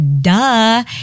duh